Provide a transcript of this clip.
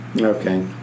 Okay